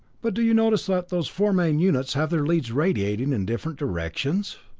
but do you notice that those four main units have their leads radiating in different directions?